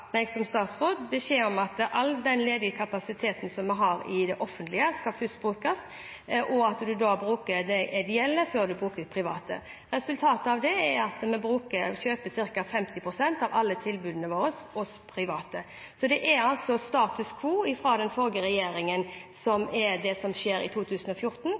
som statsråd fått beskjed om at all den ledige kapasiteten som vi har i det offentlige, først skal brukes, og at man skal bruke de ideelle før de kommersielle. Resultatet av det er at vi kjøper ca. 50 pst. av alle tilbudene våre hos private. Det som skjer i 2014, er altså status quo, sammenliknet med den forrige regjeringen, men likevel følger jeg opp regjeringsplattformen, som